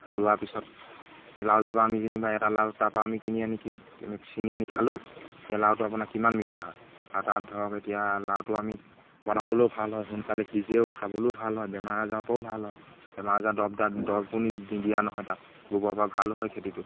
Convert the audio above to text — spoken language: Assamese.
ৰুৱাৰ পিছত সেই লাওজোপা আমি যেনিবা এটা লাও তাৰপৰা আমি কিনি আনি চিঙি আনি খালোঁ সেই লাওটো আপোনাৰ কিমান মিঠা হয় আৰু তাত ধৰক এতিয়া লাওটো আমি বনাবলৈও ভাল হয় সোনকালে সিজেও খাবলৈও ভাল হয় বেমাৰ আজাৰৰপৰাও ভাল হয় বেমাৰ আজাৰ দৰবো দৰবো দিয়া নহয় তাত গোবৰৰপৰা ভালো হয় খেতিটো